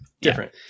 Different